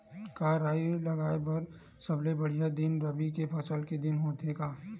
का राई लगाय बर सबले बढ़िया दिन रबी फसल के दिन होथे का?